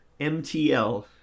MTL